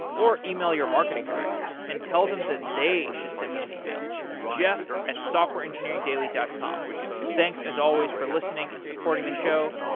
or yeah e-mail your marketing director and tell them that they should send me an yeah e-mail jeff at softwareengineeringdaily dot com thanks as always for listening and supporting the show.